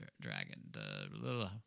Dragon